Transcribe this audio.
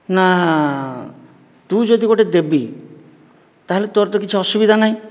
ନା ତୁ ଯଦି ଗୋଟିଏ ଦେବୀ ତା'ହେଲେ ତୋର ତ କିଛି ଅସୁବିଧା ନାହିଁ